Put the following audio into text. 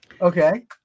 Okay